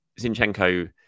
Zinchenko